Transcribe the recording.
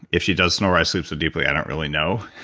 if she does snore i sleep so deeply i don't really know